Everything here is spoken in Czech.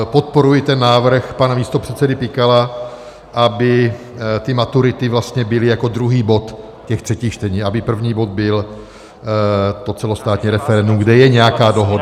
Podporuji návrh pana místopředsedy Pikala, aby ty maturity vlastně byly jako druhý bod třetích čtení a aby první bod byl to celostátní referendum, kde je nějaká dohoda.